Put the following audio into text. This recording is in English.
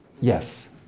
yes